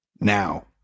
now